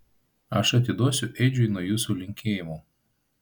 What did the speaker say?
aš atiduosiu edžiui nuo jūsų linkėjimų